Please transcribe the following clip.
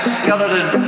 skeleton